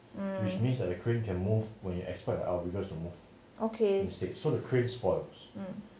um okay